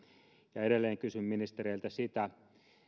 ja edelleen kysyn ministereiltä sitä